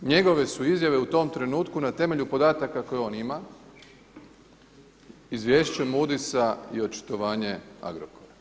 Njegove su izjave u tom trenutku na temelju podataka koje on ima izvješće Moodysa i očitovanje Agrokora.